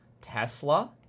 Tesla